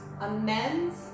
amends